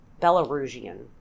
belarusian